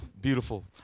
beautiful